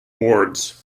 awards